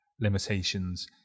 limitations